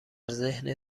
ذهن